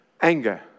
Anger